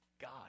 God